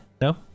No